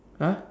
!huh!